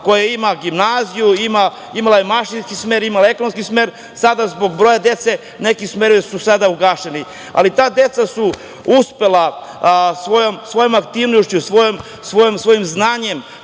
koja ima gimnaziju, imala je mašinski smer, imala je ekonomski smer, sada, zbog broja dece neki smerovi su sada ugašeni, ali ta deca su uspela da svojom aktivnošću, svojim znanjem,